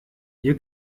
you